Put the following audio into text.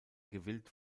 gewillt